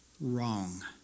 wrong